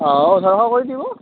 অ' ওঁঠৰশ কৰি দিব